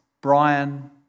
Brian